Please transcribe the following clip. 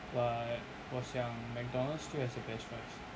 but 我想 McDonald's still has the best fries